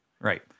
Right